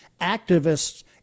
activists